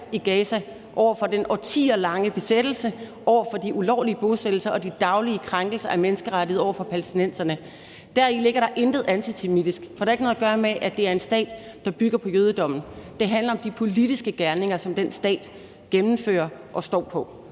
i Gaza, over for den årtier lange besættelse, over for de ulovlige bosættelser og de daglige krænkelser af menneskerettigheder over for palæstinenserne. Deri ligger der intet antisemitisk, for det har ikke noget at gøre med, at det er en stat, der bygger på jødedommen; det handler om de politiske gerninger, som den stat udfører og står på